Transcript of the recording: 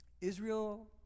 Israel